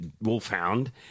wolfhound